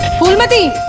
phoolmati?